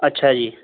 ਅੱਛਾ ਜੀ